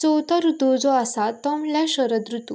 चवथो रुतू जो आसा तो म्हल्यार शरत रुतू